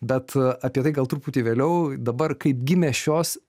bet apie tai gal truputį vėliau dabar kaip gimė šios